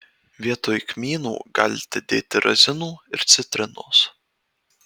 vietoj kmynų galite dėti razinų ir citrinos